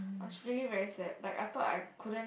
I was really very sad like I thought I couldn't